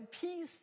peace